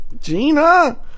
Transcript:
gina